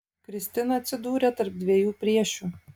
kristina atsidūrė tarp dviejų priešių